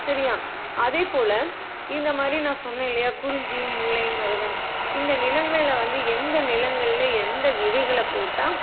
சரியா அதே போல் இந்த மாதிரி நான் சொன்னேன் இல்லையா குறிஞ்சி முல்லை மருதம் இந்த நிலங்களில் வந்து எந்த நிலங்களில் எந்த விதைகளை போட்டால்